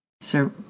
Sir